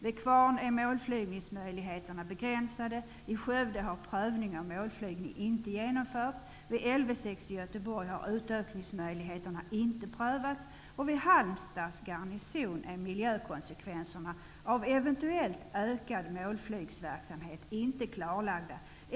Vid Kvarn är målflygningsmöjligheterna begränsade. I Skövde har prövning av målflygning inte genomförts. Vid Lv 6 i Göteborg har utökningsmöjligheterna inte prövats, och vid Halmstads garnison är miljökonsekvenserna av en eventuellt ökad målflygsverksamhet inte klarlagda.